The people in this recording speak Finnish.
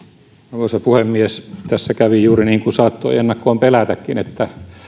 arvoisa puhemies tässä kävi juuri niin kuin saattoi ennakkoon pelätäkin että